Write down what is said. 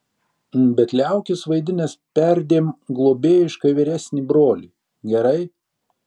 bet liaukis vaidinęs perdėm globėjišką vyresnį brolį gerai